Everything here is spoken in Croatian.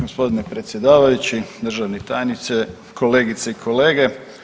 Gospodine predsjedavajući, državni tajniče, kolegice i kolege.